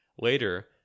Later